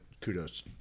kudos